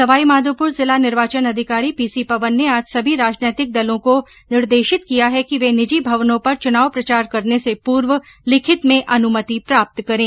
सवाईमाघोपुर जिला निर्वाचन अधिकारी पी सी पवन ने आज सभी राजनैतिक दलों को निर्देशित किया है कि वे निजी भवनों पर चुनाव प्रचार करने से पूर्व लिखित में अनुमति प्राप्त करें